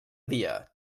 dia